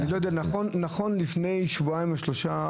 נכון ללפני שבועיים או שלושה,